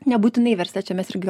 nebūtinai versle čia mes irgi